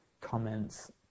comments